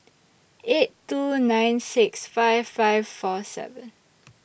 eight two nine six five five four seven